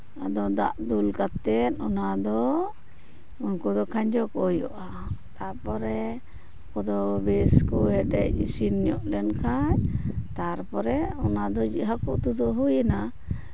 ᱟᱫᱚ ᱫᱟᱜ ᱫᱩᱞ ᱠᱟᱛᱮᱫ ᱚᱱᱟ ᱫᱚ ᱩᱱᱠᱩ ᱫᱚ ᱠᱷᱟᱸᱡᱚ ᱠᱚ ᱦᱩᱭᱩᱜᱼᱟ ᱛᱟᱨᱯᱚᱨᱮ ᱩᱱᱠᱩ ᱫᱚ ᱵᱮᱥ ᱠᱚ ᱦᱮᱰᱮᱡ ᱤᱥᱤᱱ ᱞᱮᱱᱠᱷᱟᱱ ᱛᱟᱨᱯᱚᱨᱮ ᱚᱱᱟ ᱫᱚ ᱦᱟᱠᱩ ᱩᱛᱩ ᱫᱚ ᱦᱩᱭ ᱮᱱᱟ